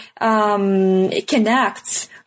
connects